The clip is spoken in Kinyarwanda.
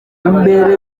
imbere